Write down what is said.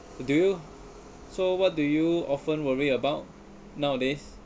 so you so what do you often worry about nowadays